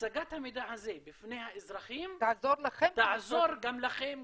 שהצגת המידע הזה בפני האזרחים תעזור גם לכם,